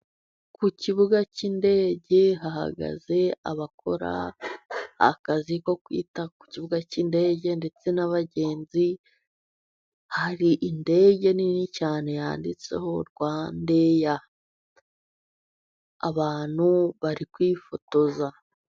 Ku kibuga cy'indege hahagaze abakora akazi ko kwita ku kibuga cy'indege ndetse n'abagenzi, hari indege nini cyane yanditseho RwandAir. Abantu bari kwifotoza.